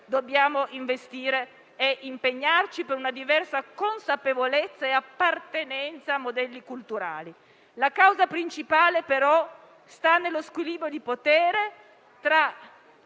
dobbiamo investire e impegnarci per una diversa consapevolezza e appartenenza a modelli culturali. La causa principale sta però nello squilibrio di potere tra